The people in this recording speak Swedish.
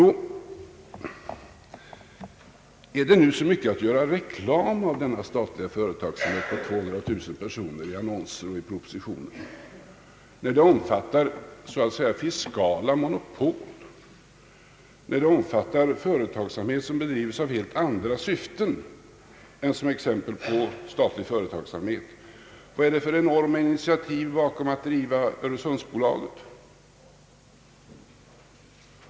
Nå, är det nu så mycket att göra reklam av, denna statliga företagsamhet som sysselsätter 200 000 personer, när den omfattar så att säga fiskala monopol, företagsamhet som drivs i helt andra syften än dem som det bör vara fråga om när det gäller att ge exempel på statlig företagsamhet? Vad är det för enorma initiativ bakom att driva Öresundsbolaget?